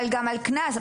אבל גם על קנס.